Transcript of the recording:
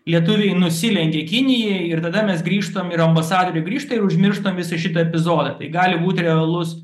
lietuviai nusilenkė kinijai ir tada mes grįžtam ir ambasadorė grįžta ir užmirštam visą šitą epizodą tai gali būt realus